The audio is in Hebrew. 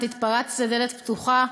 את התפרצת לדלת פתוחה.